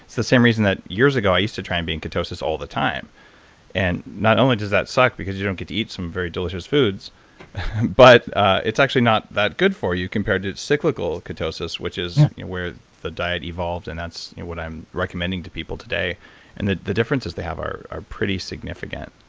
the same reason that years ago i used to try to and be in ketosis all the time and not only does that suck because you don't get to eat some very delicious foods but it's actually not that good for you compared to cyclical ketosis which is where the diet evolves and that's what i'm recommending to people today and the the differences they have are are pretty significant.